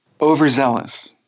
overzealous